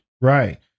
Right